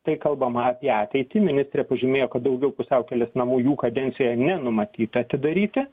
tai kalbama apie ateitį ministrė pažymėjo kad daugiau pusiaukelės namų jų kadencijoje nenumatyta atidaryti